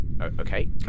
Okay